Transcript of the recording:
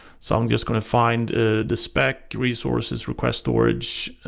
so i'm just going to find the spec, resources, requests, storage.